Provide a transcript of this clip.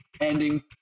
ending